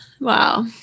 Wow